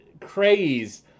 craze